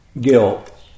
guilt